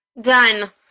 Done